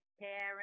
parents